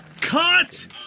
Cut